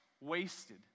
wasted